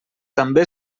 també